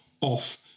off